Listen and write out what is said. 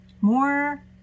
more